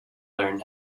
learn